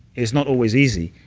it's not always easy,